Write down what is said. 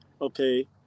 okay